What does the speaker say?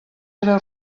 era